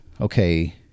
okay